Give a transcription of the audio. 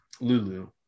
Lulu